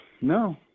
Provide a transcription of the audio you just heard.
No